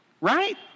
Right